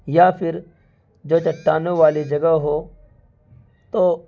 یا پھر جو چٹانوں والی جگہ ہو تو